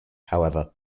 however